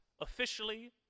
officially